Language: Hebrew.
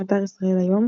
באתר ישראל היום,